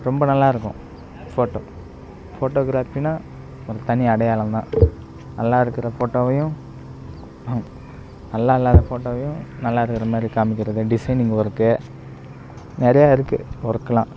ரொம்ப நல்லா இருக்கும் ஃபோட்டோ ஃபோட்டோகிராஃபின்னா ஒரு தனி அடையாளோம்தான் நல்லாருக்கற ஃபோட்டோவையும் நல்லா இல்லாத ஃபோட்டோவையும் நல்லா இருக்கிற மாதிரி காமிக்கிறது டிசைனிங் ஒர்க்கு நிறையா இருக்கு ஒர்க்கு எல்லாம்